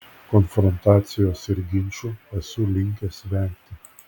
konfrontacijos ir ginčų esu linkęs vengti